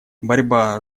борьба